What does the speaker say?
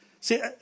See